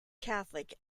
catholic